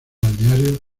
balnearios